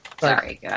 Sorry